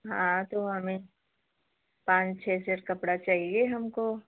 हाँ तो हमें पाँच छह सेट कपड़ा चाहिए हमको